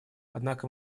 однако